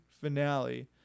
finale